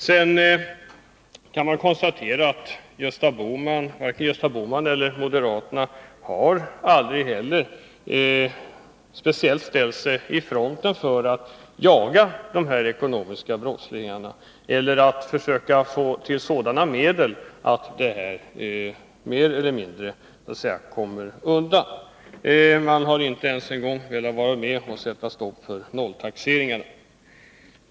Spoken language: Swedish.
Man kan konstatera att varken Gösta Bohman eller moderata samlingspartiet någonsin har befunnit sig i första ledet för att jaga de ekonomiska brottslingarna eller försökt få till stånd sådana medel som kunnat förhindra dessa brottslingar att komma undan. Man har inte ens velat vara med om att sätta stopp för nolltaxeringarna.